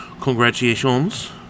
Congratulations